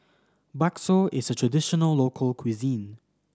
Bakso is a traditional local cuisine